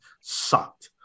sucked